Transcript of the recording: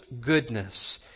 goodness